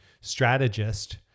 strategist